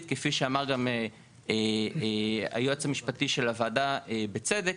כפי שאמר גם היועץ המשפטי של הוועדה בצדק,